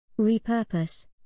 Repurpose